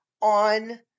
on